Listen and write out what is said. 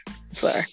sorry